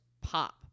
pop